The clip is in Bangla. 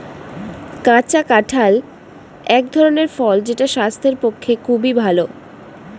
কাঁচা কাঁঠাল এক ধরনের ফল যেটা স্বাস্থ্যের পক্ষে খুবই ভালো